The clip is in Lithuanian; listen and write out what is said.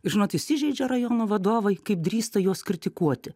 žinot įsižeidžia rajono vadovai kaip drįsta juos kritikuoti